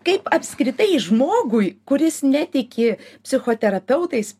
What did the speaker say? kaip apskritai žmogui kuris netiki psichoterapeutais